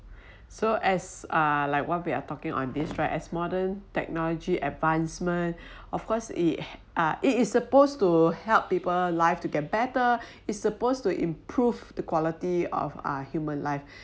so as uh like what we are talking on this strike as modern technology advancement of course it uh it is supposed to help people live to get better it's supposed to improve the quality of uh human life